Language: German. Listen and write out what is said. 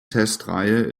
testreihe